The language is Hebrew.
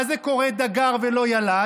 מה זה קורא דגר ולא ילד,